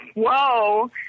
whoa